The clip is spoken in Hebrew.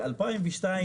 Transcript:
ב-2002,